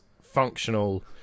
functional